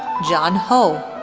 john ho,